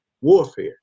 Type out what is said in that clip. warfare